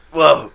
Whoa